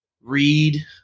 read